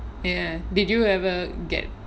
ya did you ever get